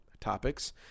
topics